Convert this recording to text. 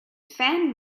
fan